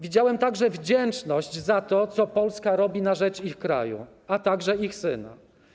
Widziałem także wdzięczność za to, co Polska robi na rzecz ich kraju, a także ich syna.